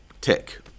tick